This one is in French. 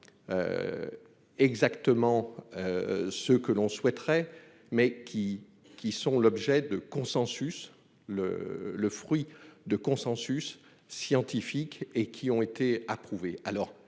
qui sont peut-être pas exactement ce que l'on souhaiterait mais qui, qui sont l'objet de consensus le le fruit de consensus scientifique et qui ont été approuvées